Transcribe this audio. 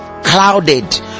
clouded